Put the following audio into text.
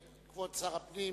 כבוד שר הפנים